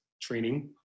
training